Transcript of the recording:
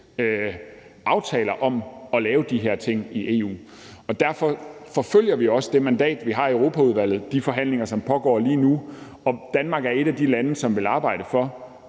aftaler om at lave de her ting i EU. Derfor forfølger vi også det mandat, vi har i Europaudvalget, de forhandlinger, som pågår lige nu, og Danmark er et af de lande, som vil arbejde for,